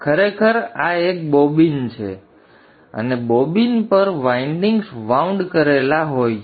તેથી ખરેખર આ એક બોબિન છે અને બોબિન પર વાઇન્ડિંગ્સ વાઉંડ કરેલા કરવામાં આવે છે